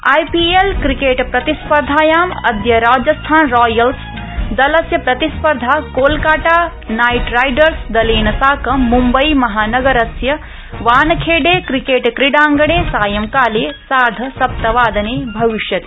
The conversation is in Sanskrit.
आईपीएल् क्रिकेटप्रतिस्पर्धायां अद्य राजस्थानरॉयल्सदलस्य प्रतिस्पर्धा कोलकाता नाइट राइडर्सदलेन साकं मुम्बईमहानगरस्य वानखेड़े क्रीकेट क्रीडाइगणे सायंकाले सार्धसप्तवादने भविष्यति